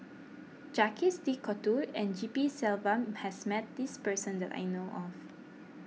Jacques De Coutre and G P Selvam has met this person that I know of